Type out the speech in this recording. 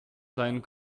sein